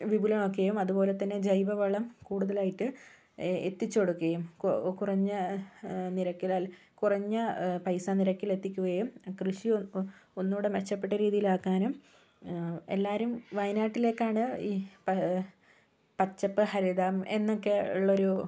വിപുലമാക്കുകയും അതുപോലെ തന്നെ ജൈവ വളം കൂടുതലായിട്ട് എത്തിച്ച് കൊടുക്കുകയും കു കുറഞ്ഞ നിരക്കിൽ അല്ലെ കുറഞ്ഞ പൈസ നിരക്കിൽ എത്തിക്കുകയും കൃഷി ഒന്നൂടെ മെച്ചപ്പെട്ട രീതിയിൽ ആക്കാനും എല്ലാവരും വയനാട്ടിലേക്കാണ് ഈ പ പച്ചപ്പ് ഹരിതം എന്നൊക്കെ ഉള്ളൊരു